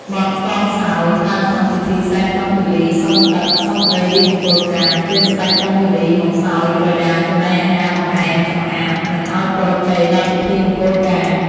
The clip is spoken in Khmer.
បទកងសោយ ប្រើក្នុងពិធីសែនក្រុងពាលី សុំទឹក សុំដីរៀបមង្គលការ អញ្ចើញស្ដេចក្រុងពាលីមកសោយក្រយាចំណីអាហារបង្អែមចម្អាប និងឱ្យពរជ័យដល់ពិធីមង្គលការ